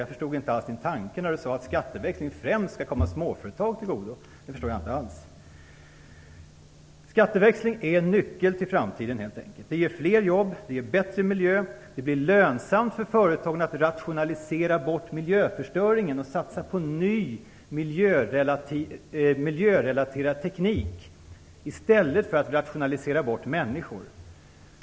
Jag förstod inte alls din tanke när du sade att skatteväxling främst skall komma småföretag till godo, Elving Andersson. Det förstår jag inte alls! Skatteväxling är helt enkelt nyckeln till framtiden. Det ger fler jobb, det ger bättre miljö, det blir lönsamt för företagen att rationalisera bort miljöförstöringen och satsa på ny, miljörelaterad teknik i stället för att rationalisera bort människor.